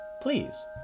Please